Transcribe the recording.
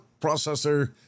processor